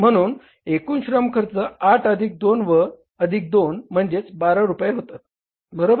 म्हणून एकूण श्रम खर्च 8 अधिक 2 व अधिक 2 म्हणजे 12 रुपये होतात बरोबर